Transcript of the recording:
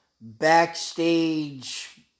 backstage